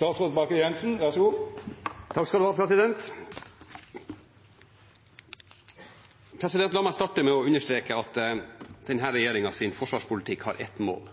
La meg starte med å understreke at denne regjeringens forsvarspolitikk har ett mål: